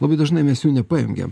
labai dažnai mes jų nepajungiam